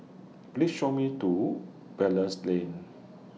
Please Show Me to Belilios Lane